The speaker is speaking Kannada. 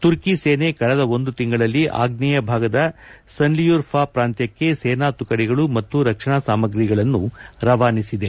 ತುರ್ಕಿ ಸೇನೆ ಕಳೆದ ಒಂದು ತಿಂಗಳಲ್ಲಿ ಆಗ್ನೇಯ ಭಾಗದ ಸನ್ಲಿಯೂರ್ಫಾ ಪ್ರಾಂತ್ವಕ್ಕೆ ಸೆನಾ ತುಕಡಿಗಳು ಮತ್ತು ರಕ್ಷಣ ಸಾಮಗ್ರಿಗಳನ್ನು ರವಾನಿಸಿದೆ